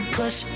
push